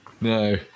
No